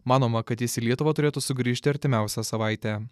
manoma kad jis į lietuvą turėtų sugrįžti artimiausią savaitę